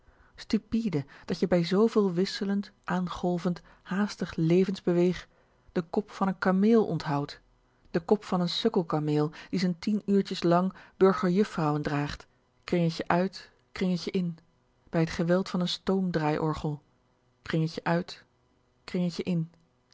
dat je bij zooveel wisslend aangolvend haastig levensbeweeg den kop van een kameel onthoudt den kop van n sukkelkameel die z'n tien uurtjes lang burgerjuffrouwen draagt kringetje uit kringetje in bij het geweld van n stoom draaiorgel kringetje uit kringetje in